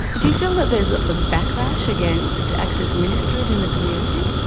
do you feel that there's a backlash against access ministries in the community?